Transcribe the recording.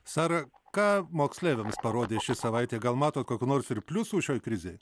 sara ką moksleiviams parodė ši savaitė gal matot kokių nors ir pliusų šioj krizėj